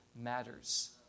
matters